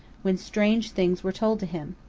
when strange things were told him.